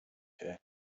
here